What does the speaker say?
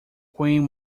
queen